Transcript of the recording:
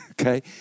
Okay